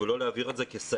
ולא להעביר את זה כתקנה-תקנה.